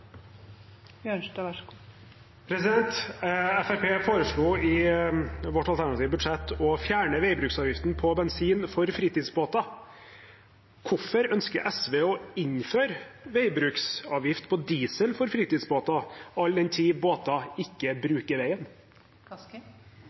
foreslo i sitt alternative budsjett å fjerne veibruksavgiften på bensin for fritidsbåter. Hvorfor ønsker SV å innføre veibruksavgift på diesel for fritidsbåter, all den tid båter ikke